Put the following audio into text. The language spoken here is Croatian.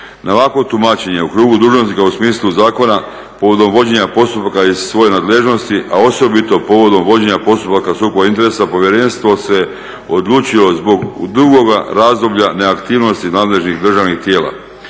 ovakvo tumačenje u krugu dužnosnika u smislu zakona povodom vođenja postupka iz svoje nadležnosti a osobito povodom vođenja postupaka o sukobu interesa povjerenstvo se odlučilo zbog dugoga razdoblja neaktivnosti nadležnih državnih tijela